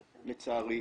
לצערי.